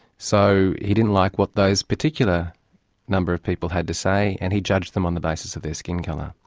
so, he didn't like what those particular number of people had to say, and he judged them on the basis of their skin colour.